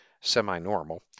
semi-normal